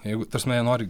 jeigu ta prasme nori